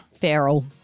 Feral